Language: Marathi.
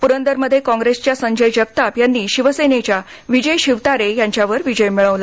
प्रंदरमध्ये कॉंग्रेसच्या संजय जगताप यांनी शिवसेनेच्या विजय शिवतारे यांच्यावर विजय मिळवला